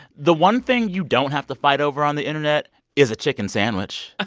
the one thing you don't have to fight over on the internet is a chicken sandwich. ah